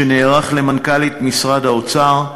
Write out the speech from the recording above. שנערך למנכ"לית משרד האוצר,